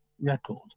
record